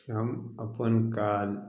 हम अपन काज